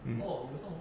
mm